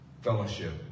fellowship